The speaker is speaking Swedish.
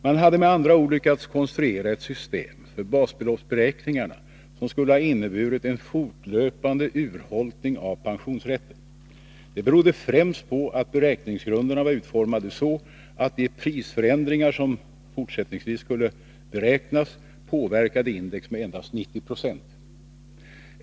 Man hade med andra ord lyckats konstruera ett system för basbeloppsberäkningarna som skulle ha inneburit en fortlöpande urholkning av pensionsrätten. Det berodde främst på att beräkningsgrunderna var utformade så, att de prisförändringar som fortsättningsvis skulle beräknas påverkade index med endast 90 70.